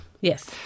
Yes